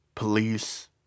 police